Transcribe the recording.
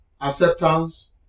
acceptance